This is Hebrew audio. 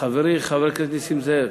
חברי חבר הכנסת נסים זאב,